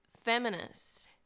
feminists